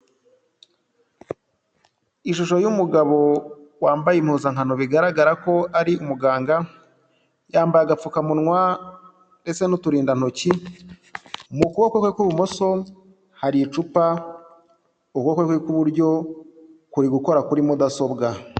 Ishusho y'umugabo wambaye impuzankano bigaragara ko ari umuganga, yambaye agapfukamunwa ndetse n'uturindantoki, mu kuboko kwe kw'ibumoso hari icupa, ukuboko kwe kw'iburyo kuri gukora kuri mudasobwa.